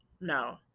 No